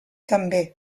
també